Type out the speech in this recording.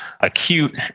acute